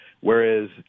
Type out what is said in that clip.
whereas